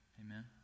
Amen